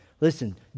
Listen